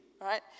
right